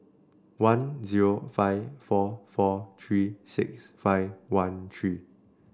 one zero five four four three six five one three